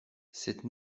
cette